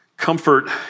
Comfort